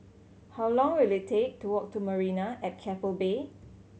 how long will it take to walk to Marina at Keppel Bay